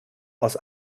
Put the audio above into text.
aus